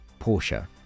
Porsche